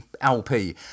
LP